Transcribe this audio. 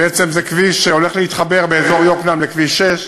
בעצם זה כביש שהולך להתחבר באזור יקנעם לכביש 6,